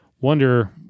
wonder